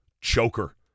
choker